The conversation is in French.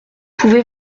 pouvez